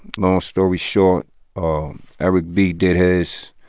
long story short eric b did his.